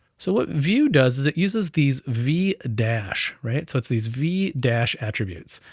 so what view does is it uses these v dash, right? so it's these v dash attributes,